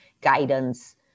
guidance